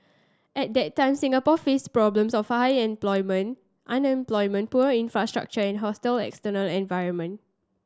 at that time Singapore faced problems of high employment unemployment poor infrastructure and hostile external environment